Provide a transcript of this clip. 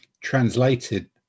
translated